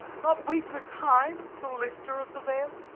not wait for time, the lifter of the veil?